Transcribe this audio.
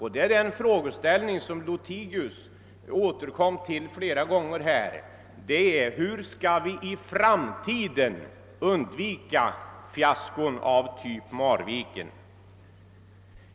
Herr Lothigius återkom flera gånger till denna fråga: Hur skall vi i framtiden kunna undvika fiaskon av typ Marviken?